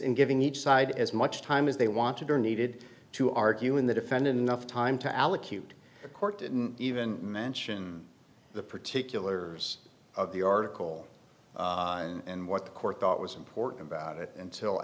in giving each side as much time as they wanted or needed to argue in the defendant enough time to allocute the court didn't even mention the particulars of the article and what the court thought was important about it until